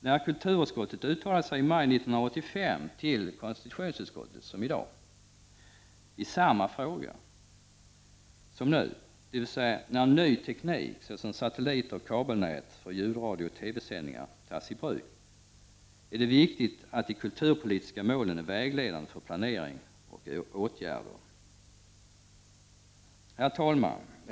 När kulturutskottet i maj 1985 uttalade sig till konstitutionsutskottet i samma situation som i dag, dvs. när ny teknik — såsom satelliter och kabelnät för ljudradio och TV-sändningar — togs i bruk, uttalade utskottet att det är viktigt att de kulturpolitiska målen är vägledande för planering och åtgärder. Herr talman!